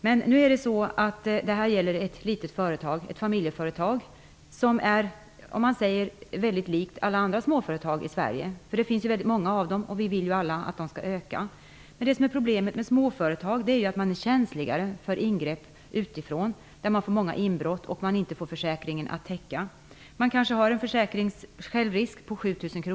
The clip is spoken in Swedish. Det som jag nu skall ta upp gäller ett litet företag, ett familjeföretag som är mycket likt många andra småföretag i Sverige. Det finns många av dem, och vi vill ju alla att de skall öka. Problemet med småföretag är att de är känsligare för ingrepp utifrån, exempelvis för inbrott som inte försäkringen täcker. Man kanske har en försäkring med en självrisk på 7 000 kr.